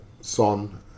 Son